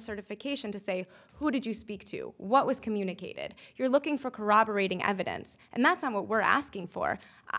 certification to say who did you speak to what was communicated you're looking for corroborating evidence and that's not what we're asking for